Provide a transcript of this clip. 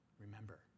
Remember